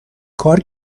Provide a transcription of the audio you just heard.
کار